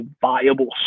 viable